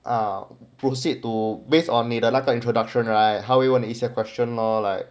uh proceed to based on 你的那个 introduction right how you want to ask a question or like